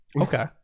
Okay